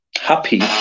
happy